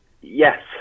yes